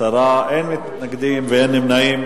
10, אין מתנגדים ואין נמנעים.